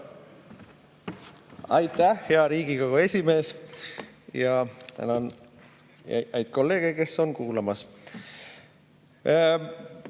Aitäh, hea Riigikogu esimees! Tänan häid kolleege, kes on kuulamas.